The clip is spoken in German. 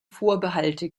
vorbehalte